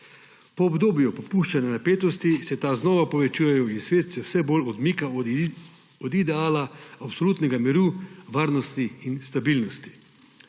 Po obdobju popuščanja napetosti se ta znova povečujejo in svet se vse bolj odmika od ideala absolutnega miru, varnosti in stabilnosti.